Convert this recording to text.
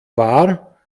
war